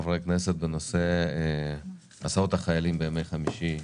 אנחנו רואים את המצב בנוגע להסעות חיילים בימי חמישי,